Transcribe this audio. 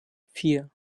vier